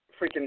freaking –